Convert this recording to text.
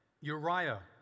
Uriah